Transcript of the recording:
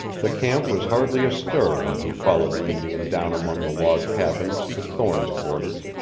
the camp was hardly astir when he followed the indian down among the log cabins to thorne's quarters.